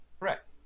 correct